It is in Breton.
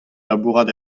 labourat